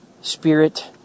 spirit